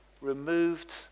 removed